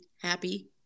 happy